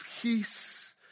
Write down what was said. peace